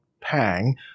Pang